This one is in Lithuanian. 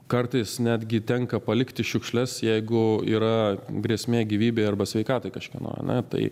kartais netgi tenka palikti šiukšles jeigu yra grėsmė gyvybei arba sveikatai kažkieno ane tai